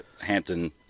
Hampton